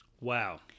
Wow